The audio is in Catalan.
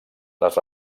les